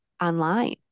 online